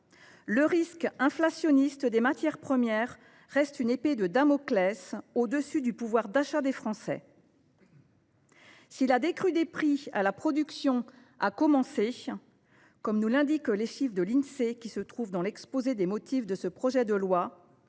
Le risque inflationniste sur les matières premières est une épée de Damoclès qui plane au dessus du pouvoir d’achat des Français. Certes, la décrue des prix à la production a commencé, comme nous l’indiquent les chiffres de l’Insee qui se trouvent dans l’exposé des motifs de ce projet de loi,